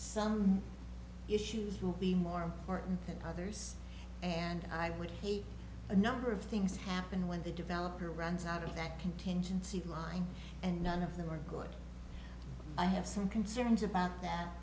some issues will be more important than others and i would hate the number of things happen when the developer runs out of that contingency line and none of them are good i have some concerns about that